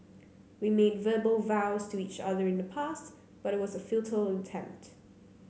we made verbal vows to each other in the past but it was a futile attempt